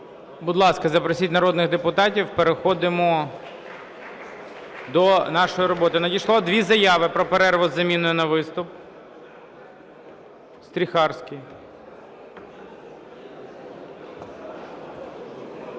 Будь ласка, запросіть народних депутатів. Переходимо до нашої роботи. Надійшло дві заяви про перерву із заміною на виступ. Стріхарський.